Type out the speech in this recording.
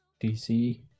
dc